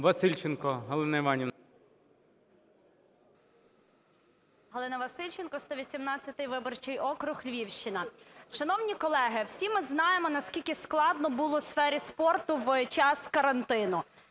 ВАСИЛЬЧЕНКО Г.І. Галина Васильченко, 118 виборчий округ, Львівщина. Шановні колеги, всі ми знаємо, наскільки складно було у сфері спорту в час карантину.